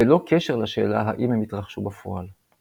בלא קשר לשאלה האם הם התרחשו בפועל.